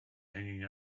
hanging